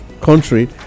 country